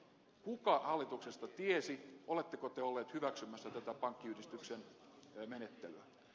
kuka hallituksesta tiesi oletteko te olleet hyväksymässä tätä pankkiyhdistyksen menettelyä